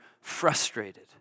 frustrated